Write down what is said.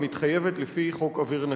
המתחייבת לפי חוק אוויר נקי?